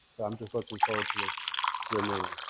so i'm just looking forward to the the new